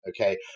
okay